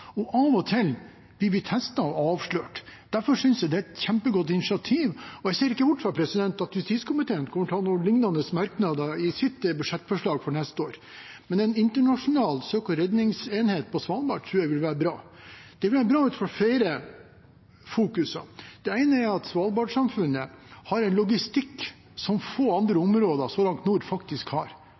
Av og til blir vi testet og avslørt. Derfor synes jeg det er et kjempegodt initiativ. Jeg ser ikke bort fra at justiskomiteen kommer til å ha noen lignende merknader i sitt budsjettforslag for neste år. Men en internasjonal søk- og redningsenhet på Svalbard tror jeg ville være bra. Det ville være bra ut fra flere hensyn. Det ene er at Svalbard-samfunnet har en logistikk få andre områder så langt nord har. Jeg har